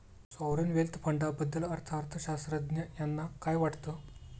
Sovereign wealth फंडाबद्दल अर्थअर्थशास्त्रज्ञ यांना काय वाटतं?